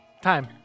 Time